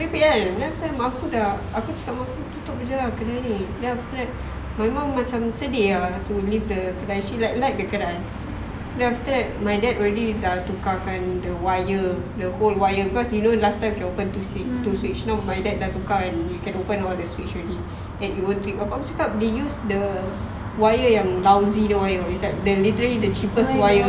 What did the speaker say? merepek kan then mak aku dah aku cakap dengan mak aku tutup jer ah kedai ni then after that my mum macam sedih ah to leave the kedai seh like like the kedai then after that my dad already dah tukarkan the wire the whole wire because you know last time can open two switch now my dad dah tukar we can open all the switch already then it won't trip bapa aku cakap they use the wire yang lousy the wire like literally the cheapest wire